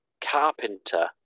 Carpenter